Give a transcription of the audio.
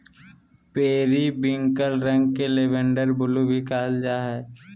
periwinkle रंग के lavender blue भी कहल जा हइ